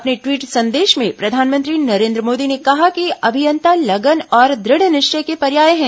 अपने ट्वीट संदेश में प्रधानमंत्री नरेन्द्र मोदी ने कहा कि अभियंता लगन और दृढ़ निश्चय के पर्याय हैं